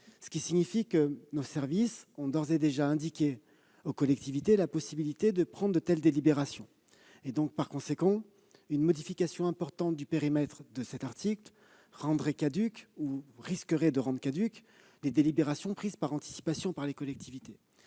Cela signifie que nos services ont d'ores et déjà indiqué aux collectivités territoriales la possibilité de prendre de telles délibérations. Par conséquent, une modification importante du périmètre de cet article risquerait de rendre caduques des délibérations prises par anticipation par les collectivités